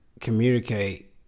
communicate